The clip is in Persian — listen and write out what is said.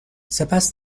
سپس